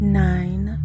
nine